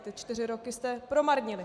Ty čtyři roky jste promarnili.